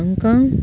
Hong Kong